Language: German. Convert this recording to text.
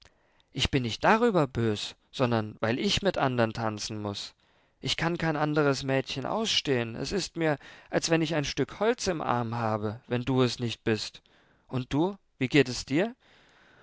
ich bin nicht darüber bös sondern weil ich mit andern tanzen muß ich kann kein anderes mädchen ausstehen es ist mir als wenn ich ein stück holz im arm habe wenn du es nicht bist und du wie geht es dir